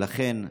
ולכן מחר,